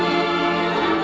and